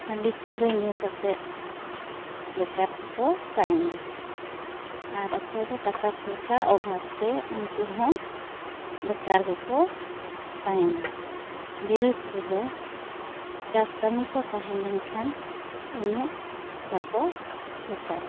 ᱦᱟᱺᱰᱤ ᱯᱟᱹᱣᱨᱟᱹ ᱧᱩ ᱠᱟᱛᱮ ᱵᱮᱠᱟᱨ ᱜᱮ ᱠᱚ ᱛᱟᱦᱮᱱᱟ ᱟᱨ ᱚᱠᱚᱭ ᱫᱚ ᱴᱟᱠᱟ ᱯᱚᱭᱥᱟ ᱚᱵᱷᱟᱵ ᱛᱮ ᱩᱱᱠᱩ ᱦᱚᱸ ᱵᱮᱠᱟᱨ ᱜᱮ ᱠᱚ ᱛᱟᱦᱮᱱᱟ ᱵᱤᱨᱟᱹᱛ ᱨᱮ ᱫᱚ ᱪᱟᱥ ᱠᱟᱹᱢᱤ ᱠᱚ ᱛᱟᱦᱮᱸ ᱞᱮᱱ ᱠᱷᱟᱱ ᱩᱱᱟᱹᱜ ᱵᱟᱠᱚ ᱵᱮᱠᱟᱨ ᱠᱚᱜᱼᱟ